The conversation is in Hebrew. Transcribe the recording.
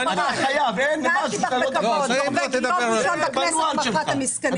מיום ראשון בכנסת מכרה את המסכנים.